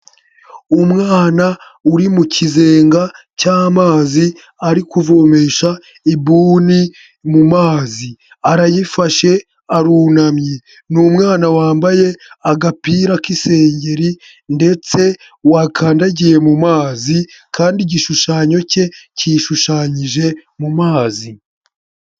Umwana uri mu kizenga cy'amazi ari kuvomesha ibuni mu mazi, arayifashe arunamye, ni umwana wambaye agapira k'isengeri ndetse wakandagiye mu mazi kandi igishushanyo cye cyishushanyije mu mazi.